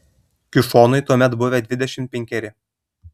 kišonui tuomet buvę dvidešimt penkeri